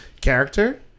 character